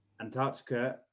Antarctica